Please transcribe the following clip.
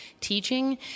teaching